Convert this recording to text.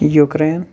Ukraine